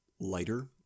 lighter